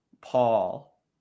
Paul